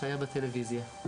שהיה בטלוויזיה.